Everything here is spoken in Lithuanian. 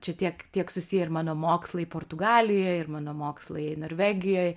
čia tiek tiek susiję ir mano mokslai portugalijoj ir mano mokslai norvegijoj